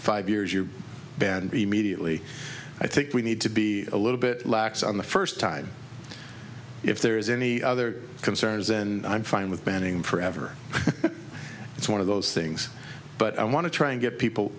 five years your band be mediately i think we need to be a little bit lax on the first time if there is any other concerns and i'm fine with banning forever it's one of those things but i want to try and get people